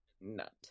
nut